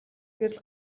гэрэл